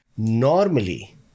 Normally